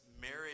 marriage